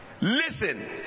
listen